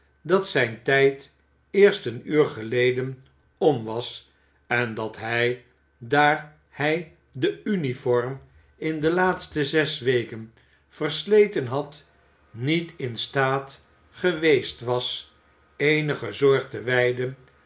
dat zijn tijd eerst een uur geleden om was en dat hij daar hij de uniform in de laatste zes weken versleten had niet in staat geweest was eenige zorg te wijden